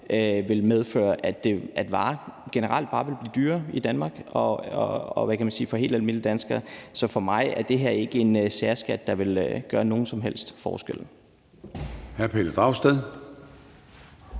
vil medføre, at varer bare generelt vil blive dyrere i Danmark for helt almindelige danskere. Så for mig er det her ikke en særskat, der vil gøre nogen som helst forskel.